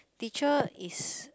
teacher is